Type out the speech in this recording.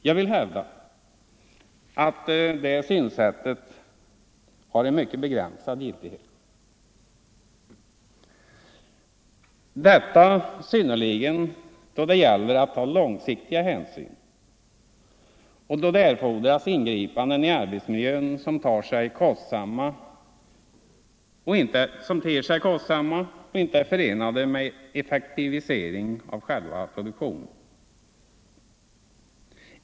Jag vill hävda att detta synsätt har en mycket begränsad giltighet, detta synnerligen då det gäller att ta långsiktiga hänsyn och då det erfordras ingripanden i arbetsmiljön som ter sig kostsamma och inte är förenade med effektivisering av själva produktionen.